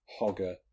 hogger